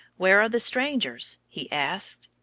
where are the strangers? he asked.